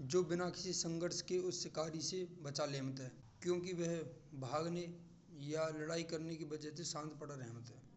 जो बिना किसी संघर्ष के उस शिकारी से के बचा लेवत है। क्योंकि वह भागने और लड़ाई करने की बजाय शान्त पाड़े रहता है।